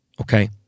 Okay